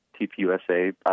TPUSA